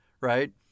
Right